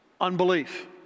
unbelief